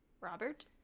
Robert